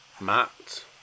Matt